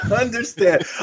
Understand